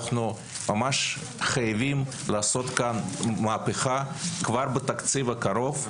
אנחנו חייבים לעשות כאן מהפכה כבר בתקציב הקרוב,